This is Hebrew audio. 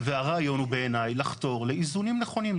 והרעיון הוא בעיניי לחתור לאיזונים נכונים.